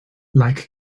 like